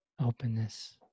Openness